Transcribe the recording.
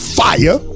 fire